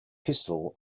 pistol